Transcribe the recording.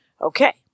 Okay